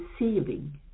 receiving